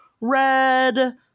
red